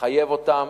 לחייב אותם,